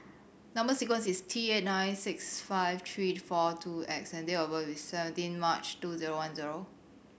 number sequence is T eight nine six five three four two X and date of birth is seventeen March two zero one zero